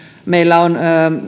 meillä on